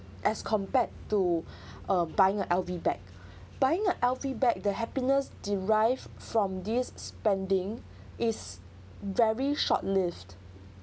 as compared to um buying a L_V bag buying a L_V bag the happiness derived from this spending is very short lived